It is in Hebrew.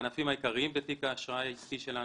הענפים העיקריים בתיק האשראי שיא שלנו: